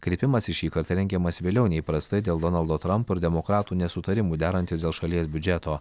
kreipimąsis šįkart rengiamas vėliau nei įprastai dėl donaldo trampo ir demokratų nesutarimų derantis dėl šalies biudžeto